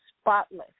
spotless